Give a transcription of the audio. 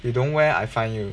you don't wear I fine you